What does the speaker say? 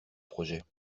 projet